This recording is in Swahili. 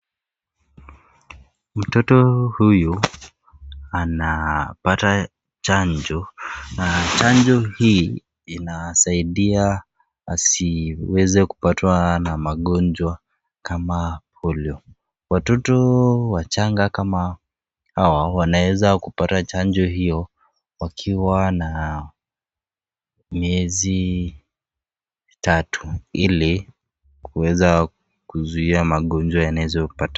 Mtoto huyu anapata chanjo, na chanjo hii inasaidia asiweze kupatwa na magonjwa kama polio . Watoto wachanga kama hawa wanaweza kupata chanjo hiyo wakiwa na miezi mitatu ili kuweza kuzuia magonjwa yanaeza.